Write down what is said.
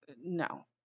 No